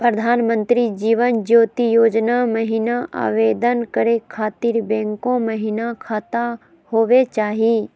प्रधानमंत्री जीवन ज्योति योजना महिना आवेदन करै खातिर बैंको महिना खाता होवे चाही?